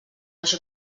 així